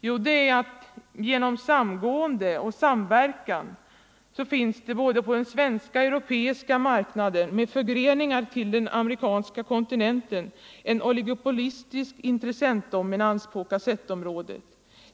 Jo, det är att genom samgående och samverkan finns det på både den svenska och europeiska marknaden — med förgreningar till den amerikanska kontinenten — en oligopolistisk intressentdominans på kassettområdet.